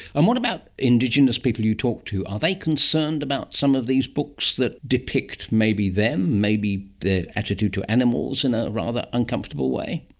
and what about indigenous people you talk to, are they concerned about some of these books that depict maybe them, maybe their attitude to animals, in a rather uncomfortable way?